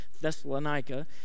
Thessalonica